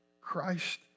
Christ